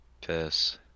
Piss